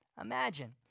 Imagine